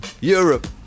Europe